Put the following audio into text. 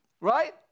Right